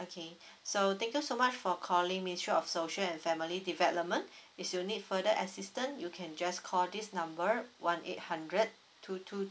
okay so thank you so much for calling ministry of social and family development if you need further assistant you can just call this number one eight hundred two two